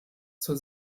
zur